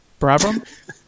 Brabham